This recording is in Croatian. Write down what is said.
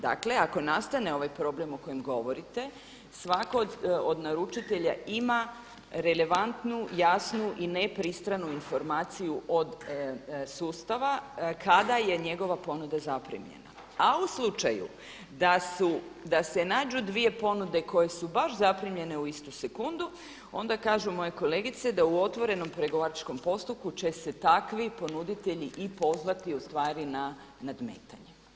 Dakle ako nastane ovaj problem o kojem govorite svako od naručitelja ima relevantnu, jasnu i ne pristranu informaciju od sustava kada je njegova ponuda zaprimljena, a u slučaju da se nađu dvije ponude koje su baš zaprimljene u istu sekundu ona kažu moje kolegice da u otvorenom pregovaračkom postupku će se takvi ponuditelji i pozvati ustvari na nadmetanje.